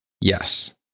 Yes